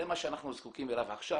זה מה שאנחנו זקוקים לו עכשיו.